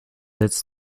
its